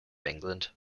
england